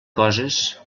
coses